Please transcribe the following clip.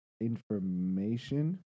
information